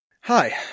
Hi